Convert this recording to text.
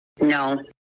No